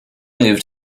moved